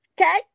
okay